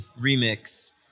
Remix